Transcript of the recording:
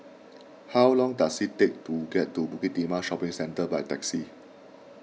how long does it take to get to Bukit Timah Shopping Centre by taxi